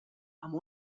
amb